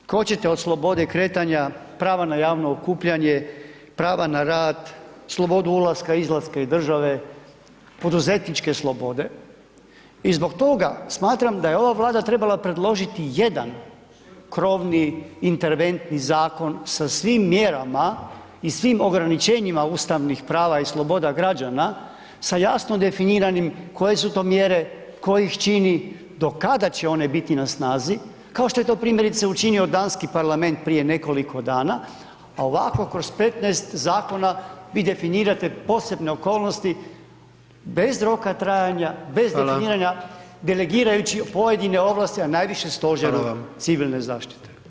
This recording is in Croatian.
Ako hoćete od slobode kretanja, prava na javno okupljanje, prava na rad, slobodu ulaska i izlaska iz države, poduzetničke slobode i zbog toga smatram da je ova Vlada trebala predložiti jedan krovni interventni zakon sa svim mjerama i svim ograničenjima ustavnih prava i sloboda građana sa jasno definiranim koje su to mjere, ko ih čini, do kada će one biti na snazi kao što je to primjerice učinio danski parlament prije nekoliko dana a ovako kroz 15 zakona, vi definirate posebne okolnosti bez roka trajanja, bez definiranja, delegirajući pojedine ovlasti a najviše stožeru civilne zaštite.